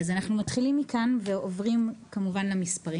אנחנו מתחילים כאן ועוברים כמובן למספרים